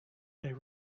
they